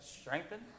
strengthen